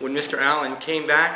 when mr allen came back